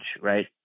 right